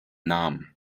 namen